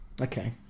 Okay